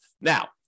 Now